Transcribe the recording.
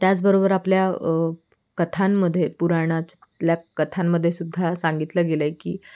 त्याचबरोबर आपल्या कथांमध्ये पुराणातल्या कथांमध्येसुद्धा सांगितलं गेलं आहे की